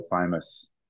famous